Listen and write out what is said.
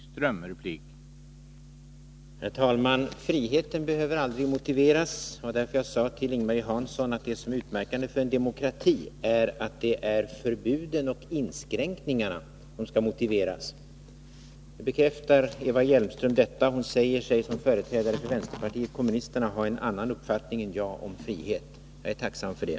Herr talman! Friheten behöver aldrig motiveras. Det är därför som jag sade till Ing-Marie Hansson att utmärkande för en demokrati är att det är förbuden och inskränkningarna som skall motiveras. Det bekräftar Eva Hjelmström, även om hon säger sig som företrädare för vpk ha en annan uppfattning än jag om frihet, och jag är tacksam för det.